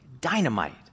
Dynamite